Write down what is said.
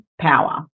power